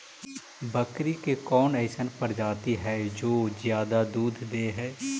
बकरी के कौन अइसन प्रजाति हई जो ज्यादा दूध दे हई?